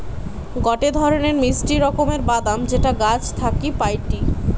গটে ধরণের মিষ্টি রকমের বাদাম যেটা গাছ থাকি পাইটি